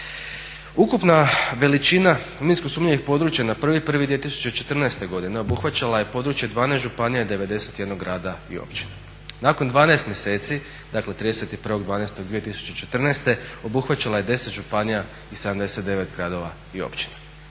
Ukupna veličina minsko sumnjivih područja na 1.1.2014.godine obuhvaćala je područje 12 županija i 91 grada i općina. Nakon 12 mjeseci dakle 31.12.2014.obuhvaćala je 10 županija i 79 gradova i općina.